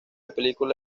película